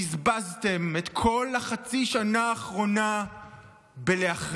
בזבזתם את כל חצי השנה האחרונה בלהחריב.